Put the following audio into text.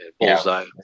Bullseye